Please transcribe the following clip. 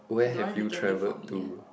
you don't want to get it for me ah